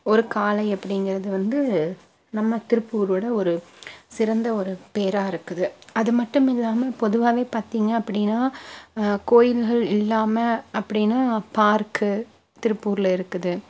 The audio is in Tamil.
ஒரு காளை அப்படிங்கிறது வந்து நம்ம திருப்பூரோட ஒரு சிறந்த ஒரு பேராக இருக்குது அது மட்டும் இல்லாமல் பொதுவாகவே பார்த்திங்க அப்படின்னா கோயில்கள் இல்லாமல் அப்படின்னா பார்க் திருப்பூர்ல இருக்குது